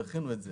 דחינו אותו.